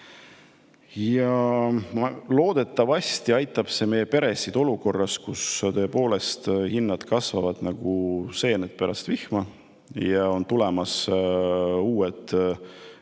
Loodetavasti aitab see meie peresid olukorras, kus tõepoolest hinnad kasvavad nagu seened pärast vihma ja on tulemas uued